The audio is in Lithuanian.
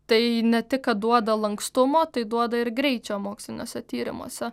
tai ne tik kad duoda lankstumo tai duoda ir greičio moksliniuose tyrimuose